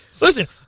Listen